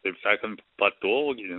taip sakant patogiai